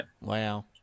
Wow